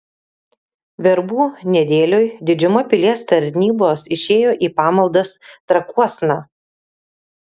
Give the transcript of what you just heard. verbų nedėlioj didžiuma pilies tarnybos išėjo į pamaldas trakuosna